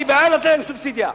אני בעד לתת להם סובסידיה,